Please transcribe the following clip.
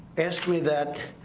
ask me that